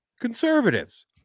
conservatives